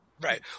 right